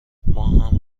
ماهم